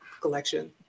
collection